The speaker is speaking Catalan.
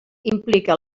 implica